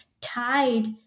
tied